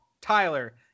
Tyler